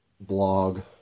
blog